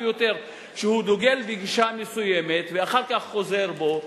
ביותר שהוא דוגל בגישה מסוימת ואחר כך חוזר בו,